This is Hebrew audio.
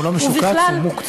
הוא לא משוקץ, הוא מוקצה.